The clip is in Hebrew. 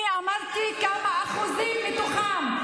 אמרתי כמה אחוזים מתוכם.